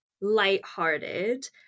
lighthearted